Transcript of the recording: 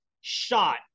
shot